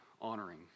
honoring